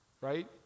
right